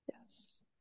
yes